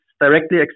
directly